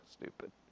stupid